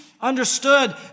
understood